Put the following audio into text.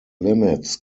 limits